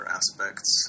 aspects